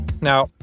Now